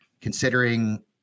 considering